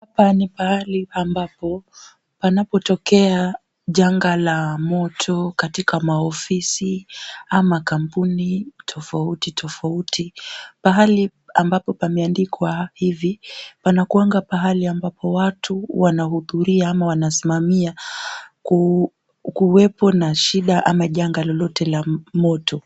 Hapa ni pahali ambapo panapotokea janga la moto katika maofisi ama kampuni tofauti tofauti. Pahali ambapo pameandikwa hivi panakuanga pahali ambapo watu wanahudhuria ama wanasimamia kuwepo na shida ama janga lolote la moto.